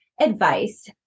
advice